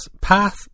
path